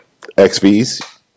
XVs